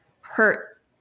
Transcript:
hurt